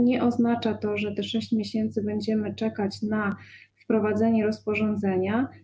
Nie oznacza to, że 6 miesięcy będziemy czekać na wprowadzenie rozporządzenia.